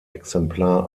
exemplar